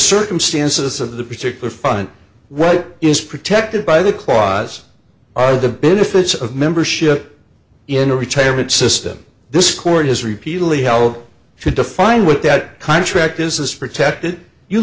circumstances of the particular fund what is protected by the clause are the benefits of membership in a retirement system this court has repeatedly held to define what that contract is this protected you